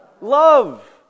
Love